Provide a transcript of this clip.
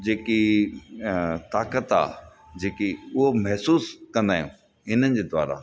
जेकी ताक़त आहे जेकी उहो महिसूसु कंदा आहियूं हिननि जे द्वारा